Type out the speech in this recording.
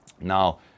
Now